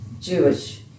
Jewish